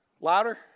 Louder